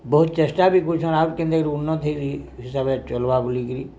ବହୁତ୍ ଚେଷ୍ଟା ବି କରୁଛନ୍ ଆର୍ କେନ୍ତାକି ଉନ୍ନତି ହେ ହିସାବ୍ରେ ଚଲ୍ବା ବୋଲିକିରି